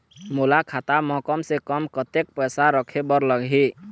मोला खाता म कम से कम कतेक पैसा रखे बर लगही?